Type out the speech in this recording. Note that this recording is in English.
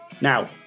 Now